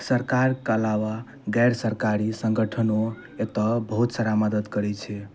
सरकार कऽ अलाबा गैर सरकारी सङ्गठनो एतऽ बहुत सारा मदद करैत छै